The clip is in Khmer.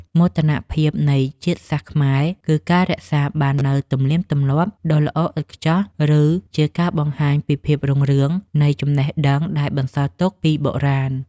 មោទនភាពនៃជាតិសាសន៍ខ្មែរគឺការរក្សាបាននូវទំនៀមទម្លាប់ដ៏ល្អឥតខ្ចោះ ឬ ជាការបង្ហាញពីភាពរុងរឿងនៃចំណេះដឹងដែលបន្សល់ទុកពីបុរាណ។